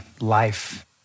life